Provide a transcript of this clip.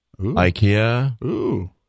Ikea